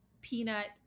peanut